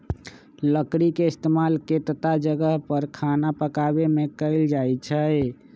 लकरी के इस्तेमाल केतता जगह पर खाना पकावे मे कएल जाई छई